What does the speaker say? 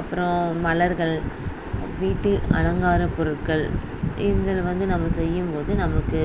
அப்புறோம் மலர்கள் வீட்டு அலங்காரப்பொருட்கள் இதில் வந்து நம்ம செய்யும்போது நமக்கு